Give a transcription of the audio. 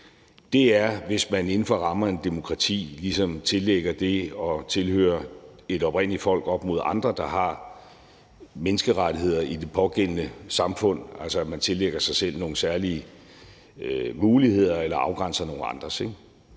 er, hvis man inden for rammerne af et demokrati ligesom tillægger det at tilhøre et oprindeligt folk noget op imod andre, der har menneskerettigheder i det pågældende samfund, altså at man tillægger sig selv nogle særlige muligheder eller afgrænser nogle andres,